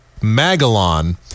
Magalon